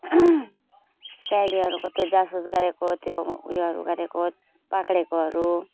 सिआइडीहरूको त्यो जासुस गरेको त्यो उयोहरू गरेको पक्रिएकोहरू